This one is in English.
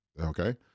okay